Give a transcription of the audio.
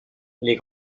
les